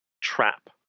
trap